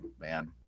man